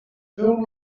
feu